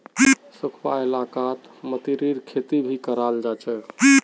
सुखखा इलाकात मतीरीर खेती भी कराल जा छे